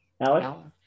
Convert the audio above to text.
Alex